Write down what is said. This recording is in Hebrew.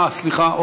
אה, סליחה.